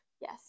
Yes